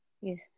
Yes